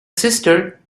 sister